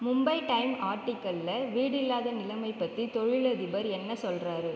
Mumbai time ஆர்டிக்களில் வீடில்லாத நிலைமை பற்றி தொழிலதிபர் என்ன சொல்றார்